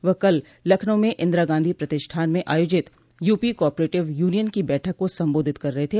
वह कल लखनऊ में इन्दिरा गॉधी प्रतिष्ठान में आयोजित यूपी कोऑपरेटिव यूनियन की बैठक को सम्बोधित कर रहे थे